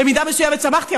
במידה מסוימת שמחתי,